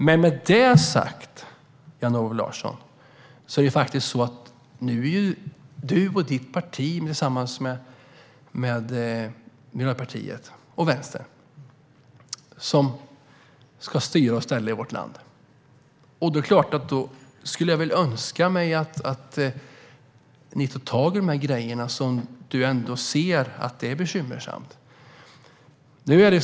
Men med detta sagt, Jan-Olof Larsson, är det nu faktiskt du och ditt parti tillsammans med Miljöpartiet och Vänstern som ska styra och ställa i vårt land. Då skulle jag önska mig att ni tar tag i de saker som du ändå ser är bekymmersamma.